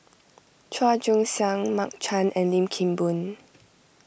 Chua Joon Siang Mark Chan and Lim Kim Boon